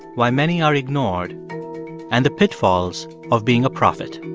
why many are ignored and the pitfalls of being a prophet